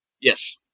Yes